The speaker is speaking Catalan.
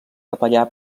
capellà